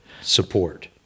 Support